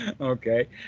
okay